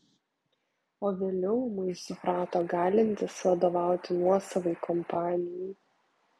o vėliau ūmai suprato galintis vadovauti nuosavai kompanijai